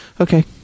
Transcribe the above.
okay